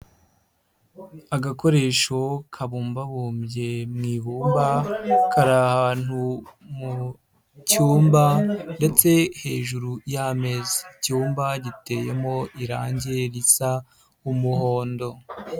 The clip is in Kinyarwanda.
Agakoresho kabumbabumbye mu ibumba kari ahantu mu cyumba ndetse hejuru y'ameza, icyumba ha giteyemo irangi risa umuhondo.